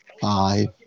Five